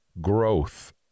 growth